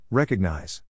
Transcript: recognize